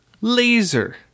Laser